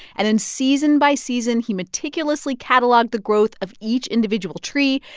and then season by season, he meticulously catalogued the growth of each individual tree,